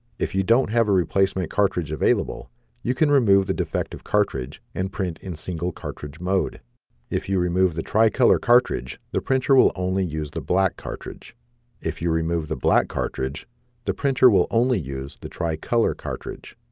if you don't have a replacement cartridge available you can remove the defective cartridge and print in single cartridge mode if you remove the tricolor cartridge the printer will only use the black cartridge if you remove the black cartridge the printer will only use the tricolor cartridge